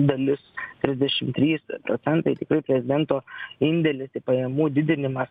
dalis trisdešim trys procentai tikrai prezidento indėlis į pajamų didinimą